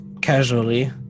casually